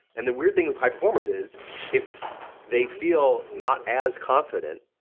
and the weird thing with high performers is if they feel not as confident,